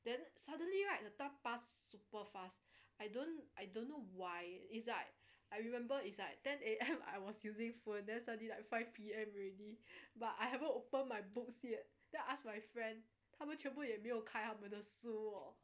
then suddenly right the time pass super fast I don't I don't know why it's like I remember it's like ten A_M I was using phone then suddenly like five P_M but I haven't open my books yet then I ask my friend 他们全部也没有开他们的书喔